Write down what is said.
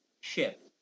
ship